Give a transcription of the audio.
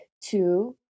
two